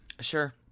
Sure